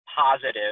positive